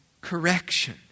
correction